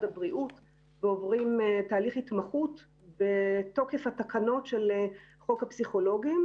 הבריאות ועוברים תהליך התמחות מתוקף התקנות של חוק הפסיכולוגים.